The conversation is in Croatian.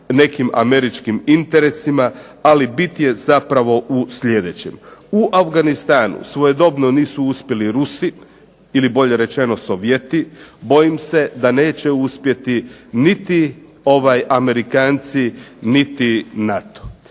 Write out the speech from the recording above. U Afganistanu svojedobno nisu uspjeli Rusi ili bolje rečeno Sovjeti, bojim se da neće uspjeti niti ovaj amerikanci, niti NATO.